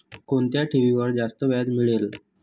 कोणत्या ठेवीवर जास्त व्याज मिळेल?